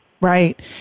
Right